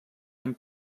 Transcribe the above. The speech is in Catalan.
amb